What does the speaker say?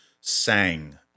sang